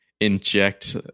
inject